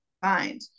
find